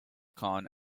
corn